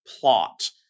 plot